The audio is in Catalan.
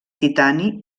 titani